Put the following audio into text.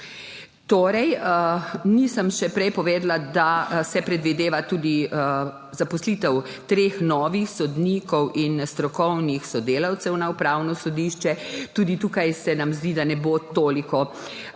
Prej še nisem povedala, da se predvideva tudi zaposlitev treh novih sodnikov in strokovnih sodelavcev na Upravno sodišče, tudi tukaj se nam zdi, da ne bo toliko novega